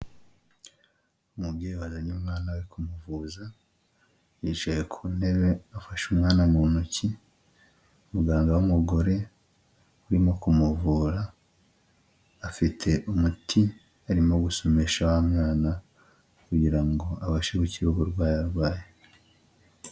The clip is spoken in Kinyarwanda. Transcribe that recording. Umubyeyi wazanye umwana we kumuvuza, yicaye ku ntebe afashe umwana mu ntoki, muganga w'umugore urimo kumuvura afite umuti arimo gusomesha wa mwana, kugira ngo abashereke uruhu rwayo arwaye.